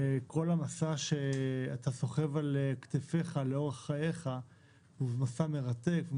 כל המסע שאתה סוחב על כתפיך לאורך חייך הוא מסע מרתק,